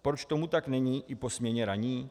Proč tomu tak není i po směně ranní?